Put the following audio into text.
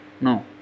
No